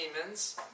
demons